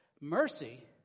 mercy